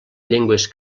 llengües